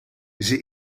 zij